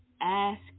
ask